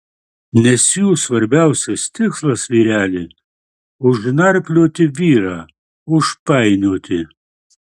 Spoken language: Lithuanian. nes jų svarbiausias tikslas vyreli užnarplioti vyrą užpainioti